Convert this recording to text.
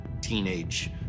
teenage